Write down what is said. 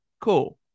cool